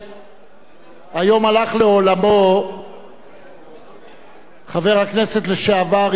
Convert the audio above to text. היום הלך לעולמו חבר הכנסת לשעבר יצחק גלנטי,